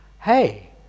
Hey